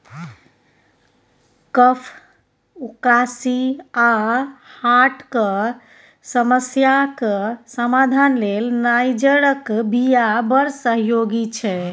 कफ, उकासी आ हार्टक समस्याक समाधान लेल नाइजरक बीया बड़ सहयोगी छै